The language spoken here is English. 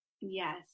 Yes